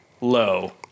Low